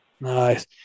Nice